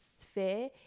sphere